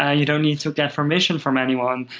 ah you don't need to get permission from anyone.